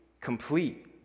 complete